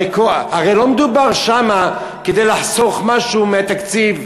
הרי לא מדובר שם כדי לחתוך משהו מהתקציב,